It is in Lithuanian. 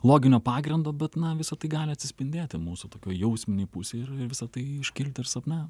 loginio pagrindo bet na visa tai gali atsispindėti mūsų tokioj jausminėj pusėj ir ir visa tai iškilti ir sapne